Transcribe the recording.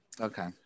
Okay